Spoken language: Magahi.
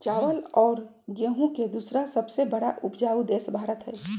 चावल और गेहूं के दूसरा सबसे बड़ा उपजाऊ देश भारत हई